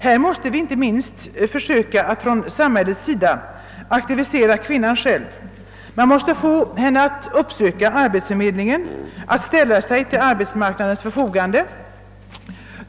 Här måste vi inte minst försöka att från samhällets sida aktivisera kvinnan själv. Man måste få henne att uppsöka arbetsförmedlingen, att ställa sig till arbetsmarknadens förfogande.